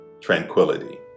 tranquility